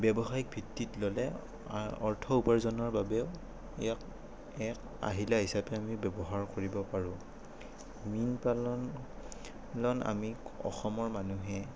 ব্যৱসায়িকভিত্তিত ল'লে অৰ্থ উপাৰ্জনৰ বাবেও ইয়াক এক আহিলা হিচাপে আমি ব্যৱহাৰ কৰিব পাৰোঁ মীন পালন আমি অসমৰ মানুহে